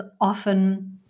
often